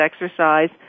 exercise